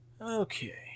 Okay